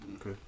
okay